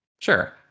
Sure